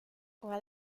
what